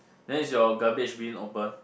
then is your garbage bin open